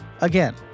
again